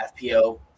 FPO